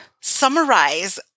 summarize